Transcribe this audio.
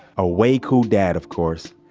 a way cool dad, of course.